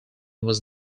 was